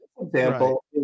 example